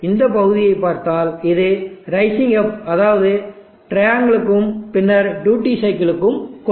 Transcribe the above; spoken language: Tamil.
எனவே இந்த பகுதியைப் பார்த்தால் இது ரைசிங் அப் அதாவது ட்ரையாங்கிளுக்கும் பின்னர் டியூட்டி சைக்கிளுக்கும் கொடுக்கப்படுவது